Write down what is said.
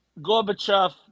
gorbachev